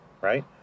right